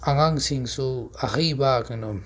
ꯑꯉꯥꯡꯁꯤꯡꯁꯨ ꯑꯍꯩꯕ ꯀꯩꯅꯣ